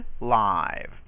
live